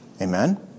Amen